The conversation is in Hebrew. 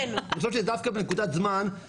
חושב שדווקא בנקודת זמן,